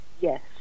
Yes